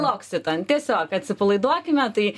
loccitane tiesiog atsipalaiduokime tai